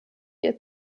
ihr